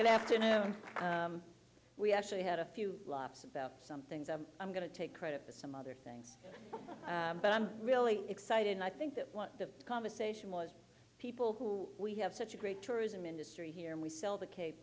good afternoon we actually had a few laughs about some things i'm i'm going to take credit for some other things but i'm really excited and i think that one of the conversation was people who we have such a great tourism industry here and we sell the ca